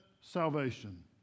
salvation